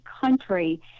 country